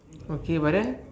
okay but then